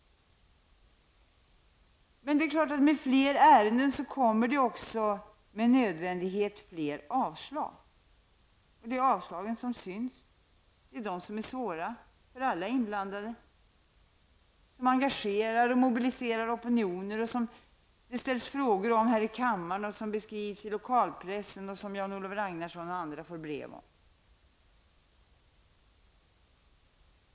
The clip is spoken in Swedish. Men det är klart att det med fler ärenden med nödvändighet också kommer fler avslag. Det är avslagen som syns. Det är de som är svåra för alla inblandade, som engagerar och mobiliserar opinioner, som det ställs frågor om här i kammaren, som beskrivs i lokalpressen och som Jan-Olof Ragnarsson och andra får brev om.